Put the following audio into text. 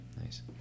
Nice